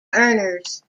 earners